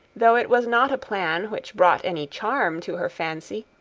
though it was not a plan which brought any charm to her fancy,